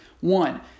One